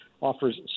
offers